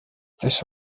this